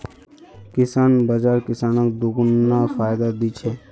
किसान बाज़ार किसानक दोगुना फायदा दी छे